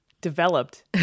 developed